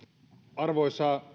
arvoisa